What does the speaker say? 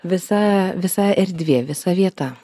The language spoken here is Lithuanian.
visa visa erdvė visa vieta